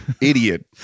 Idiot